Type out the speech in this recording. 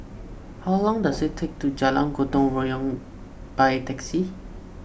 how long does it take to Jalan Gotong Royong by taxi